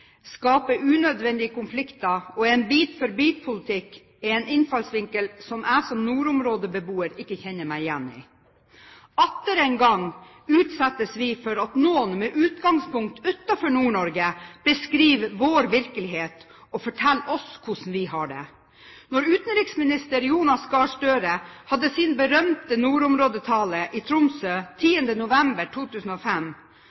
unødvendige konflikter og er en bit-for-bit-politikk, er en innfallsvinkel som jeg som nordområdebeboer ikke kjenner meg igjen i. Atter en gang utsettes vi for at noen med utgangspunkt utenfor Nord-Norge beskriver vår virkelighet og forteller oss hvordan vi har det. Da utenriksminister Jonas Gahr Støre hadde sin berømte nordområdetale i Tromsø